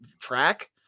track